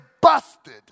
busted